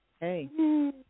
Hey